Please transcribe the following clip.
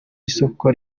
isoko